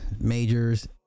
majors